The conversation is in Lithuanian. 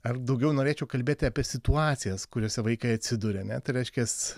ar daugiau norėčiau kalbėti apie situacijas kuriose vaikai atsiduria ne tai reiškias